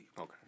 Okay